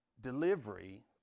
Delivery